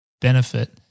benefit